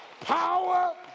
power